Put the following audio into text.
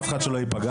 אף אחד שלא ייפגע,